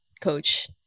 coach